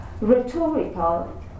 Rhetorical